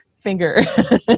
finger